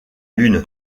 lune